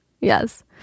Yes